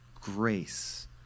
grace